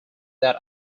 that